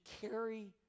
carry